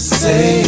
say